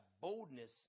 boldness